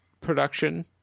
production